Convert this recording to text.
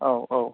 औ औ